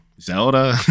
Zelda